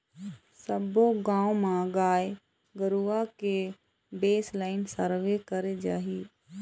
सब्बो गाँव म गाय गरुवा के बेसलाइन सर्वे करे जाही